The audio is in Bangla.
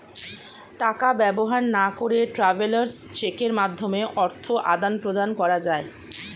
টাকা ব্যবহার না করে ট্রাভেলার্স চেকের মাধ্যমে অর্থ আদান প্রদান করা যায়